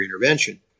intervention